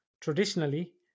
Traditionally